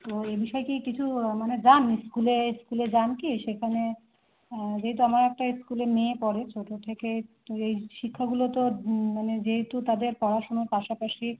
তো এই বিষয়ে কি কিছু মানে যান স্কুলে স্কুলে যান কি সেখানে যেহেতু আমার একটা স্কুলে মেয়ে পড়ে ছোটো থেকে স্কুলে এই শিক্ষাগুলো তো মানে যেহেতু তাদের পড়াশুনোর পাশাপাশি